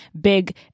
big